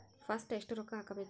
First ಎಷ್ಟು ರೊಕ್ಕ ಹಾಕಬೇಕು?